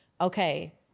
okay